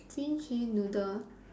green chili noodles